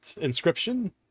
Inscription